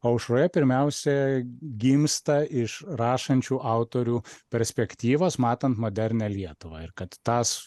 aušroje pirmiausia gimsta iš rašančių autorių perspektyvos matant modernią lietuvą ir kad tas